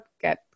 get